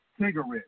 cigarettes